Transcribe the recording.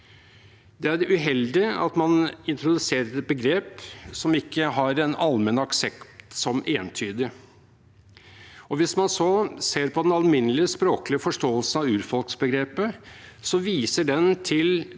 som urfolk) uheldig at man introduserer et begrep som ikke har en allmenn aksept som entydig. Hvis man ser på den alminnelig språklige forståelsen av urfolksbegrepet, viser dette til den